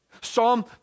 Psalm